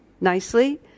nicely